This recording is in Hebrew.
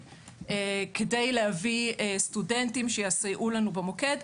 כדי להביא סטודנטים שיסייעו לנו במוקד.